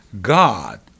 God